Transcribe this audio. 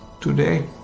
today